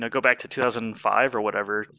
ah go back to two thousand and five, or whatever,